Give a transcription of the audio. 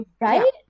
right